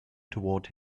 toward